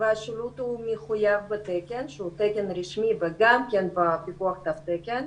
והשילוט הוא מחויב בתקן שהוא תקן רשמי וגם כן בפיקוח תו תקן.